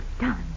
done